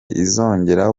izongera